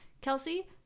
Kelsey